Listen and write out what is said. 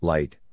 Light